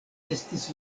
estis